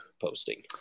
posting